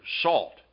salt